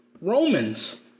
Romans